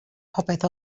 popeth